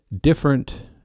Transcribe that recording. different